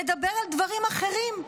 לדבר על דברים אחרים,